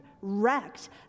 wrecked